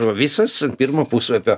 o visos pirmo puslapio